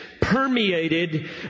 permeated